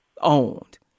owned